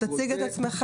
תציג את עצמך,